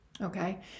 Okay